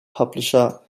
publisher